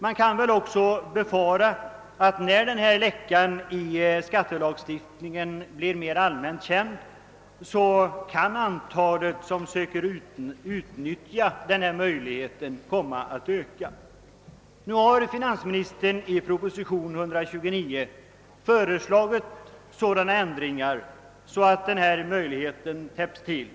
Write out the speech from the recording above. Man kan väl också befara att när denna lucka i skattelagstiftningen blir allmänt känd, så kan antalet som söker utnyttja den möjligheten komma att öka. Nu har emellertid finansministern i propositionen 129 föreslagit sådana ändringar att den möjligheten täpps till.